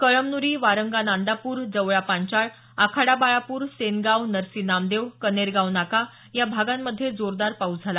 कळमनुरी वारंगा नांदापूर जवळा पांचाळ आखाडा बाळापूर सेनगाव नरसी नामदेव कनेरगाव नाका या भागांमध्ये जोरदार पाऊस झाला